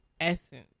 Essence